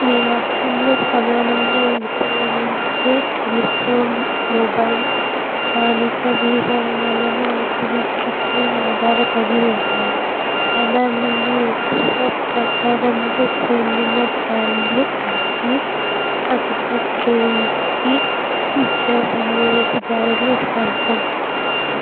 మీ రాష్ట్రంలో ప్రధానంగా ఉపయోగించే టెలిఫోన్ మొబైల్ స్థానిక వివరణలను అభిరుచిపై ఆధారపడి ఉంటాయి సాధారణంగా ఎక్కువ ప్రచారంలో పొందిన బ్రాండ్లు యాపిల్ అధిక ప్రేమించ వినియోగదారులు శాంసంగ్